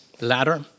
ladder